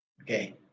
okay